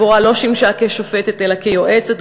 דבורה לא שימשה שופטת אלא יועצת,